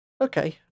Okay